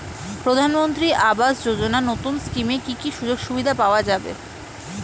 প্রধানমন্ত্রী আবাস যোজনা নতুন স্কিমে কি কি সুযোগ সুবিধা পাওয়া যাবে?